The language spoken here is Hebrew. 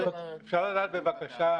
בבקשה,